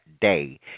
day